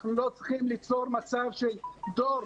אנחנו לא צריכים ליצור מצב של דור